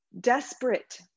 desperate